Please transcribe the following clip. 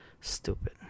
Stupid